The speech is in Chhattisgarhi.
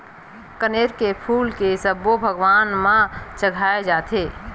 कनेर के फूल के सब्बो भगवान म चघाय जाथे